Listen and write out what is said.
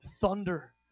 thunder